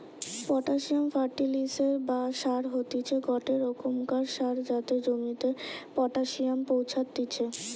potassium ফার্টিলিসের বা সার হতিছে গটে রোকমকার সার যাতে জমিতে পটাসিয়াম পৌঁছাত্তিছে